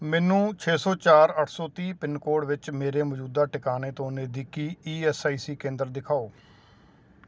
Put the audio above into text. ਮੈਨੂੰ ਛੇ ਸੌ ਚਾਰ ਅੱਠ ਸੌ ਤੀਹ ਪਿੰਨਕੋਡ ਵਿੱਚ ਮੇਰੇ ਮੌਜੂਦਾ ਟਿਕਾਣੇ ਤੋਂ ਨਜ਼ਦੀਕੀ ਈ ਐੱਸ ਆਈ ਸੀ ਕੇਂਦਰ ਦਿਖਾਓ